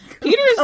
Peter's